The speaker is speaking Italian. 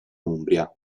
umbria